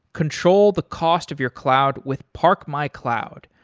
control the cost of your cloud with park my cloud.